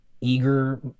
eager